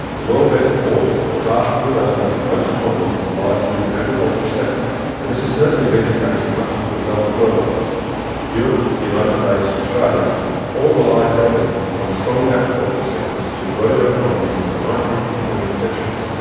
the world bank reports that the path to development in most economies lies through the agricultural sector and this has certainly been the case in much of the developed world europe, the united states and australia all relied heavily on strong agricultural sectors to grow their economies in the nineteenth and twentieth centuries.